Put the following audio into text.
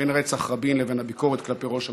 בין רצח רבין לבין הביקורת כלפי ראש הממשלה.